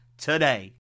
today